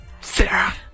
Sarah